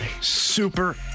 Super